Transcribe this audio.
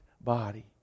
body